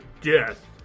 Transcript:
death